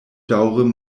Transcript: daŭre